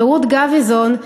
ורות גביזון,